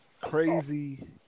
Crazy